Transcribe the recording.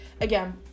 again